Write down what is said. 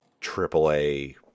Triple-A